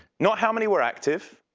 not how many were active,